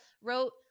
wrote